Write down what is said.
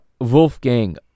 Wolfgang